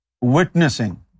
witnessing